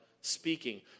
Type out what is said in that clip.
speaking